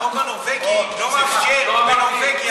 החוק הנורבגי לא מאפשר בנורבגיה,